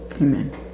Amen